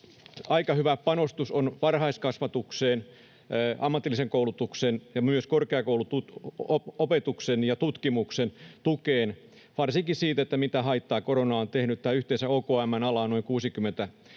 aika hyvä panostus on varhaiskasvatukseen, ammatillisen koulutuksen ja myös korkeakouluopetuksen ja tutkimuksen tukeen, varsinkin siihen, mitä haittaa korona on tehnyt. Tämä OKM:n ala on yhteensä